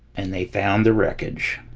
and they found the wreckage.